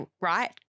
right